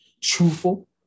truthful